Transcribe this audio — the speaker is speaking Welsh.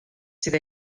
sydd